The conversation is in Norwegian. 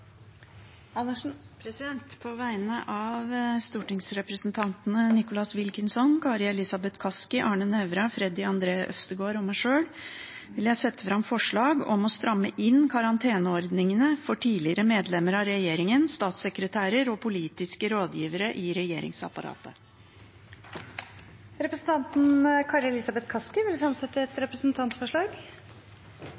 Andersen vil fremsette et representantforslag. På vegne av stortingsrepresentantene Nicholas Wilkinson, Kari Elisabeth Kaski, Arne Nævra, Freddy André Øvstegård og meg sjøl vil jeg sette fram et forslag om å stramme inn karanteneordningen for tidligere medlemmer av regjeringen, statssekretærer og politiske rådgivere i regjeringsapparatet. Representanten Kari Elisabeth Kaski vil fremsette et